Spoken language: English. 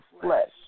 flesh